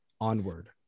onward